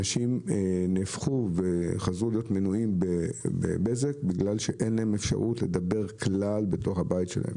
אנשים חזרו להיות מנויים בבזק בגלל שאין להם אפשרות לדבר כלל בבית שלהם.